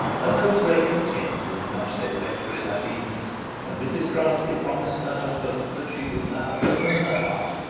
and there was great content in plumstead rectory that evening and mrs grantly promised her husband that she would now open her heart,